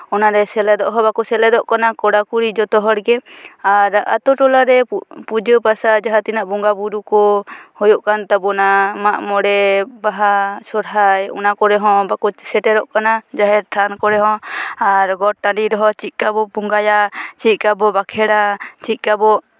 ᱚᱱᱟᱨᱮ ᱥᱮᱞᱮᱫᱚᱜ ᱦᱚᱸ ᱵᱟᱠᱚ ᱥᱮᱞᱮᱫᱚᱜ ᱠᱟᱱᱟ ᱠᱚᱲᱟ ᱠᱩᱲᱤ ᱡᱚᱛᱚ ᱦᱚᱲᱜᱮ ᱟᱨ ᱟᱛᱳ ᱴᱚᱞᱟᱨᱮ ᱯᱩᱡᱟᱹ ᱯᱟᱥᱟ ᱡᱟᱦᱟᱸ ᱛᱤᱱᱟᱹᱜ ᱵᱚᱸᱜᱟ ᱵᱩᱨᱩ ᱠᱚ ᱦᱳᱭᱳᱜ ᱠᱟᱱ ᱛᱟᱵᱳᱱᱟ ᱢᱟᱜ ᱢᱚᱬᱮ ᱵᱟᱦᱟ ᱥᱚᱦᱨᱟᱭ ᱚᱱᱟ ᱠᱚᱨᱮ ᱦᱚᱸ ᱵᱟᱠᱚ ᱥᱮᱴᱮᱨᱚᱜ ᱠᱟᱱᱟ ᱡᱟᱦᱮᱨ ᱛᱷᱟᱱ ᱠᱚᱨᱮ ᱦᱚᱸ ᱟᱨ ᱜᱚᱴ ᱴᱟᱺᱰᱤ ᱨᱮᱦᱚᱸ ᱪᱮᱫᱠᱟᱵᱚ ᱵᱚᱸᱜᱟᱭᱟ ᱪᱮᱫᱠᱟᱵᱚ ᱵᱟᱸᱠᱷᱮᱲᱟ ᱪᱮᱫᱠᱟᱵᱚ